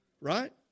Right